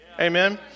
Amen